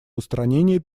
устранение